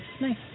nice